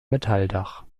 metalldach